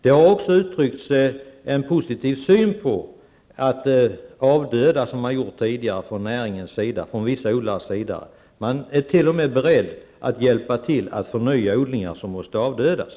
Det har också uttryckts en positiv syn på detta att avdöda, som vissa odlare har gjort tidigare. Man är t.o.m. beredd att hjälpa till att förnya odlingar som måste avdödas.